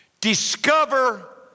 discover